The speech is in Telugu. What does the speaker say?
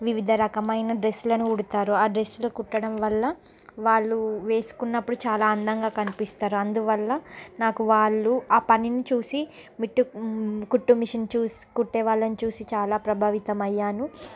వివిధ రకమైన డ్రెస్లను కుడతారు ఆ డ్రెస్లు కుట్టడం వల్ల వాళ్లు వేసుకున్నప్పుడు చాలా అందంగా కనిపిస్తారు అందువల్ల నాకు వాళ్లు ఆ పనిని చూసి మిట్టు కుట్టు మిషన్ చూస్ కుట్టే వాళ్ళని చూసి చాలా ప్రభావితం అయ్యాను